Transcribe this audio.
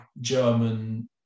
German